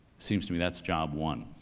seems to me, that's job one.